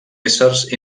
éssers